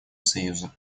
союза